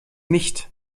nicht